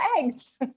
eggs